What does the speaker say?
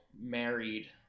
married